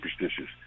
superstitious